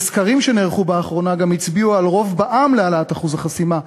וסקרים שנערכו באחרונה גם הצביעו על רוב בעם להעלאת אחוז החסימה.